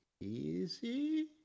Easy